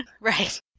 right